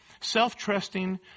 self-trusting